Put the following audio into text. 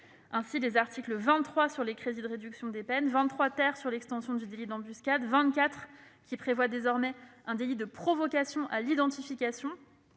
Ainsi, les articles 23, sur les crédits de réduction de peine, 23 , sur l'extension du délit d'embuscade, 24, qui prévoit un délit de provocation à l'identification,